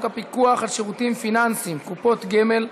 הפיקוח על שירותים פיננסיים (קופות גמל)